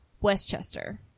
Westchester